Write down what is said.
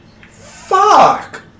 Fuck